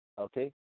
Okay